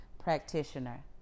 practitioner